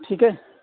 ٹھیک ہے